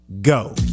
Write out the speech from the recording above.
go